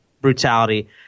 brutality